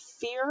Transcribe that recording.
fear